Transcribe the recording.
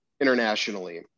internationally